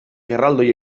erraldoia